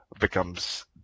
becomes